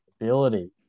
ability